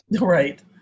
Right